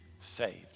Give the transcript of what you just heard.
saved